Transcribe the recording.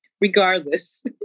Regardless